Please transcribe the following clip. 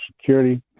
Security